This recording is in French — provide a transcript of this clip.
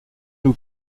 nous